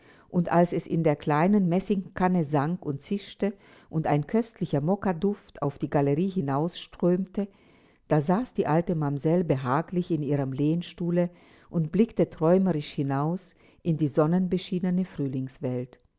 und als es in der kleinen messingkanne sang und zischte und ein köstlicher mokkaduft auf die galerie hinausströmte da saß die alte mamsell behaglich in ihrem lehnstuhle und blickte träumerisch hinaus in die sonnenbeschienene frühlingswelt